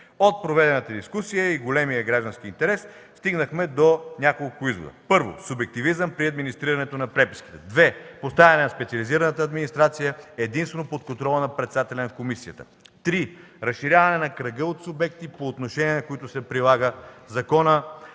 От проведената дискусия и големия граждански интерес стигнахме до няколко извода: 1. Субективизъм при администрирането на преписките. 2. Поставяне на специализираната администрация единствено под контрола на председателя на комисията. 3. Разширяване на кръга от субекти, по отношение на които се прилага закона.